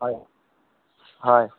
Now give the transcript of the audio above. হয় হয়